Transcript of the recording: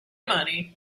money